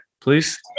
please